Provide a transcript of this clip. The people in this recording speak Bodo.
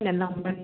फैनानै लांफैदो